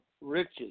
riches